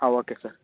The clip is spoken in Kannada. ಹಾಂ ಓಕೆ ಸರ್